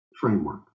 framework